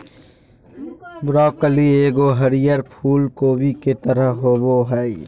broccoli एगो हरीयर फूल कोबी के तरह होबो हइ